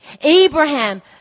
Abraham